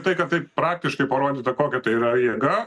tai kad tai praktiškai parodyta kokia tai yra jėga